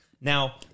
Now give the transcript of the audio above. Now